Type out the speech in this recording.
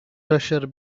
treasure